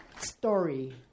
story